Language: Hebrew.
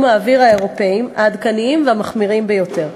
האוויר האירופיים העדכניים והמחמירים ביותר.